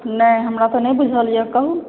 नहि हमरा तऽ नहि बुझल यऽ कहूँ